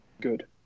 Good